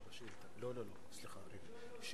יש